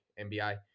NBA